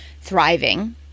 thriving